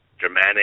Germanic